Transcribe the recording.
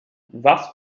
was